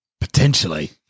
Potentially